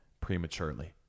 prematurely